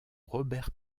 robert